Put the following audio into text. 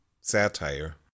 satire